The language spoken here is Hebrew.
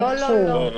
לא.